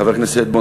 חבר הכנסת שטבון,